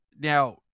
now